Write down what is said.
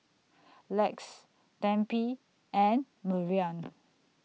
Lex Tempie and Marian